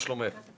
מה שלומך?